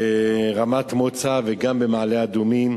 ברמת-מוצא וגם במעלה-אדומים.